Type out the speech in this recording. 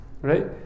right